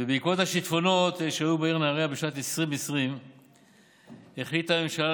בעקבות השיטפונות שהיו בנהריה בשנת 2020 החליטה הממשלה